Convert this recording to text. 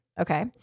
Okay